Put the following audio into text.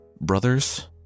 brothers